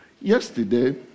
yesterday